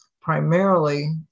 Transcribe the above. primarily